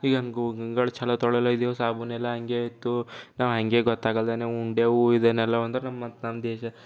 ಹೀಗೆ ಹಾಗು ಹಿಂಗುಳ ಛಲೋ ತೊಳಿಯಲಿದ್ದೆವು ಸಾಬೂನು ಎಲ್ಲ ಹಾಗೆ ಇತ್ತು ನಾವು ಹಾಗೆ ಗೊತ್ತಾಗಲ್ದನೇ ಉಂಡೆವು ಇದನ್ನೆಲ್ಲಂದ್ರೆ ನಮ್ಮ ದೇಶ